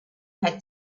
had